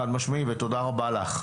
תודה רבה לך,